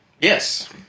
Yes